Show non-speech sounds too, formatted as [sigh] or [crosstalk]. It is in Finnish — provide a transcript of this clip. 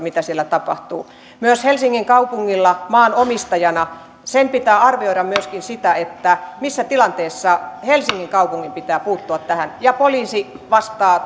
siitä mitä siellä tapahtuu myös helsingin kaupungin pitää maanomistajana arvioida sitä missä tilanteessa helsingin kaupungin pitää puuttua ja poliisi vastaa [unintelligible]